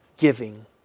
giving